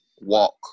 walk